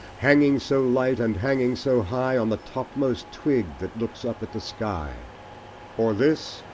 hanging so light, and hanging so high, on the topmost twig that looks up at the sky or this,